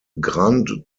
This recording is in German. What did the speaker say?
grande